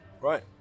Right